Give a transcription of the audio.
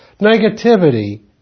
negativity